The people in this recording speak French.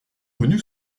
connu